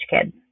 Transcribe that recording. kids